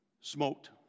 Smoked